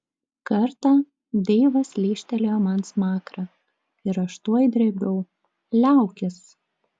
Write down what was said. kartą deivas lyžtelėjo man smakrą ir aš tuoj drėbiau liaukis